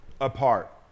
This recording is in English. apart